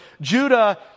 Judah